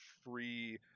free